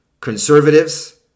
conservatives